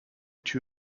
two